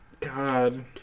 God